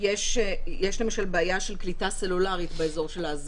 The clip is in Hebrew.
אני מניחה אבל שיש בעיה של קליטה סלולרית באזור של אזיק.